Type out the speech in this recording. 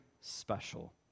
special